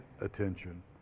attention